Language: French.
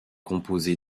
composée